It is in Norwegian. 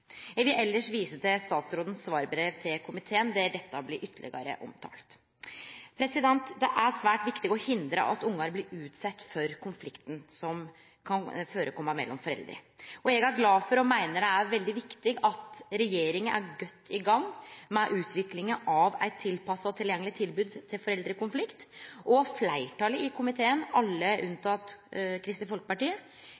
Eg vil elles vise til statsrådens svarbrev til komiteen, der dette blir ytterlegare omtalt. Det er svært viktig å hindre at ungar blir utsette for konflikten som kan førekome mellom foreldre. Eg er glad for, og meiner det er veldig viktig, at regjeringa er godt i gang med utviklinga av eit tilpassa og tilgjengeleg tilbod til foreldre i konflikt. Fleirtalet i komiteen, alle